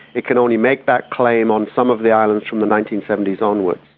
it can only make that claim on some of the islands from the nineteen seventy s onwards.